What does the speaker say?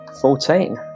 Fourteen